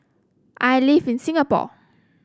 I live in Singapore